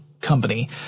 company